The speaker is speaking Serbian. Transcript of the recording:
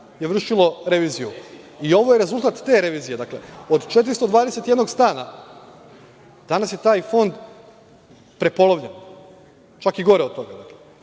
je vršilo reviziju, i ovo je rezultat te revizije. Dakle, od 421 stana, danas je taj fond prepolovljen, čak i gore od toga. Za